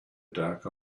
dark